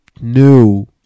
new